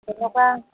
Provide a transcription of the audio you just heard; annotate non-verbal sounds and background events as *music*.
*unintelligible*